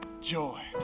joy